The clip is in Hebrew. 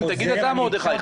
תגיד אתה, מרדכי.